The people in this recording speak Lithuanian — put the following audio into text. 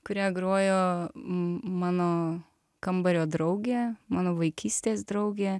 kurią grojo m mano kambario draugė mano vaikystės draugė